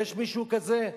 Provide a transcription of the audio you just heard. יש מישהו כזה?